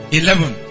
eleven